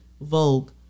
vogue